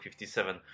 57